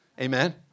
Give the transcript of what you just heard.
Amen